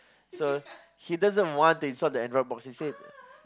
so he doesn't want to install the Android box he say